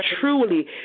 truly